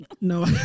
No